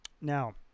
Now